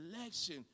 election